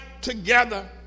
together